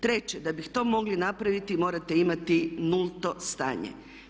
Treće, da bi to mogli napraviti morate imati nulto stanje.